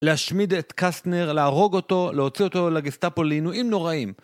להשמיד את קסטנר, להרוג אותו, להוציא אותו לגסטפו, לעינויים נוראיים.